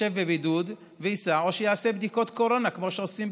ישב בבידוד וייסע או שיעשה בדיקות קורונה כמו שעושים,